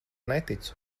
neticu